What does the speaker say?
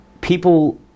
people